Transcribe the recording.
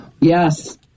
Yes